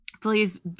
please